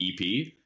EP